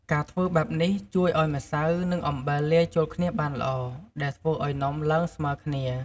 ការធ្វើបែបនេះជួយឱ្យម្សៅ និងអំបិលលាយចូលគ្នាបានល្អ ដែលធ្វើឱ្យនំឡើងស្មើគ្នា។